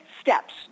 steps